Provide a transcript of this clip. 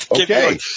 Okay